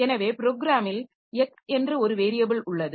எனவே ப்ரோக்கிராமில் X என்று ஒரு வேரியபில் உள்ளது